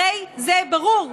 הרי זה ברור.